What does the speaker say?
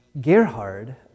Gerhard